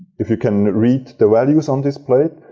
if you can read the values on this plate.